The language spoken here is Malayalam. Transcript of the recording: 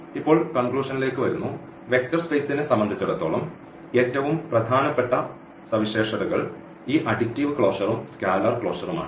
ഇപ്പോൾകൺക്ലൂഷൻഇലേക്ക് വരുന്നു വെക്റ്റർ സ്പേസ്നെ സംബന്ധിച്ചിടത്തോളം ഏറ്റവും പ്രധാനപ്പെട്ട സവിശേഷതകൾ ഈ അഡിറ്റീവ് ക്ലോഷറും സ്കാലർ ക്ലോഷറും ആണ്